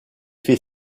fait